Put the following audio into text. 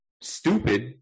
stupid